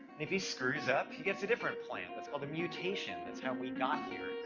if he screws up, he gets a different plant. it's called a mutation. it's how we got here.